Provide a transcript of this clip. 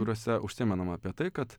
kuriuose užsimenama apie tai kad